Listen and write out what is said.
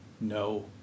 no